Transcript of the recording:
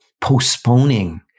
postponing